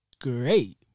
great